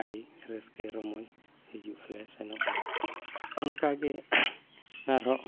ᱟᱹᱰᱤ ᱨᱟᱹᱥᱠᱟᱹ ᱨᱚᱢᱚᱡᱽ ᱦᱤᱡᱩᱜ ᱟᱞᱮ ᱥᱮᱱᱚᱜ ᱟᱞᱮ ᱚᱱᱠᱟᱜᱮ ᱟᱨᱦᱚᱸ